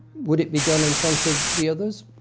would it be done in front of the others?